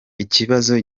ikibazo